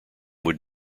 would